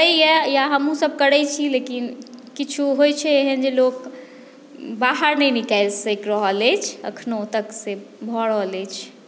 करैया हमहुँ सभ करै छी लेकिन किछु होइ छै एहन जे लोक बाहर नहि निकालि सकि रहल अछि अखनो तक से भऽ रहल अछि